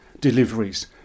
deliveries